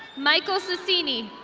michael sessini.